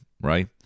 right